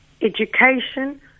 Education